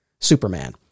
Superman